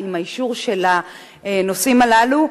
ועם האישור של הנושאים הללו.